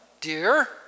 dear